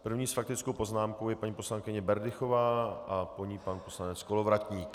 První s faktickou poznámkou je paní poslankyně Berdychová a po ní pan poslanec Kolovratník.